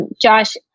Josh